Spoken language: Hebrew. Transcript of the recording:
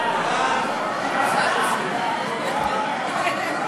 סעיפים 1 2